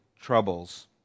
troubles